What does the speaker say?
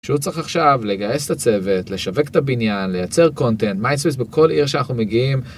שהוא צריך עכשיו לגייס את הצוות לשווק את הבניין, לייצר קונטנט, מייסעס, בכל עיר שאנחנו מגיעים.